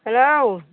hello